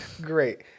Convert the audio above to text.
Great